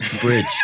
bridge